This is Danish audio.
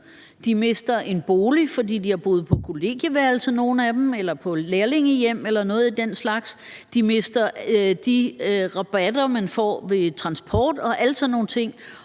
de – for nogles vedkommende – har boet på et kollegieværelse eller på et lærlingehjem eller noget i den stil, de mister de rabatter, man får på transport, og alle sådan nogle ting.